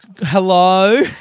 Hello